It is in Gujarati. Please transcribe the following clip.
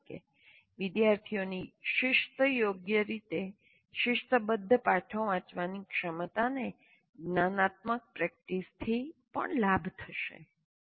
દાખલા તરીકે વિદ્યાર્થીઓની શિસ્ત યોગ્ય રીતે શિસ્તબધ્ધ પાઠો વાંચવાની ક્ષમતાને જ્ઞાનાત્મક પ્રેક્ટિસથી પણ લાભ થશે